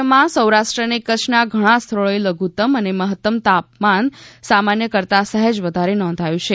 રાજ્યમાં સૌરાષ્ટ્ર અને કચ્છના ઘણા સ્થળોએ લધુત્તમ અને મહત્તમ તાપમાન સામાન્ય કરતાં સહેજ વધારે નોંધાયું છે